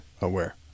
aware